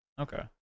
Okay